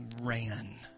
ran